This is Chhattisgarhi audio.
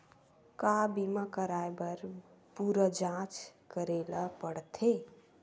का बीमा कराए बर पूरा जांच करेला पड़थे?